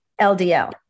LDL